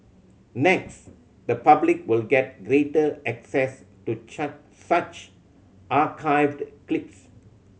next the public will get greater access to such clips